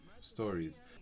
stories